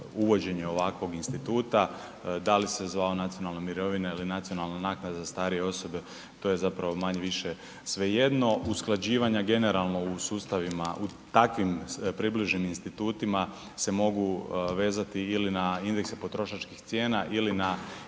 uvođenje ovakvog instituta, da li se zvao nacionalna mirovina ili nacionalna naknada za starije osobe to je zapravo manje-više svejedno. Usklađivanje generalno u sustavima u takvim približenim institutima se mogu vezati ili na indekse potrošačkih cijena ili na